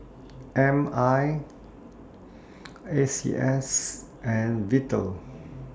M I A C S and Vital